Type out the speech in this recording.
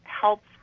helps